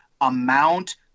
amount